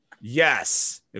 Yes